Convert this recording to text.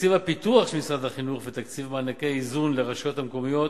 תקציב הפיתוח של משרד החינוך ותקציב מענקי האיזון לרשויות המקומיות